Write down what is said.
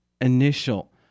initial